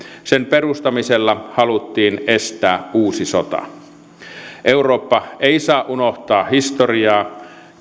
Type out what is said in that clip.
sen perustamisella haluttiin estää uusi sota eurooppa ei saa unohtaa historiaa